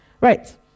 Right